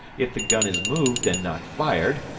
if the gun is moved and not fired,